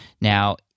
Now